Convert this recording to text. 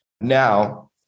now